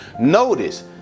Notice